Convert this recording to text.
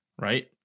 Right